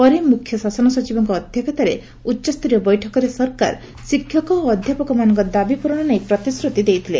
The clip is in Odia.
ପରେ ମୁଖ୍ୟଶାସନ ସଚିବଙ୍କ ଅଧ୍ଧକ୍ଷତାରେ ଉଚ୍ଚସ୍ତରୀୟ ବୈଠକରେ ସରକାର ଶିକ୍ଷକ ଓ ଅଧ୍ଧାପକମାନଙ୍କ ଦାବି ପ୍ରରଣ ନେଇ ପ୍ରତିଶ୍ରତି ଦେଇଥିଲେ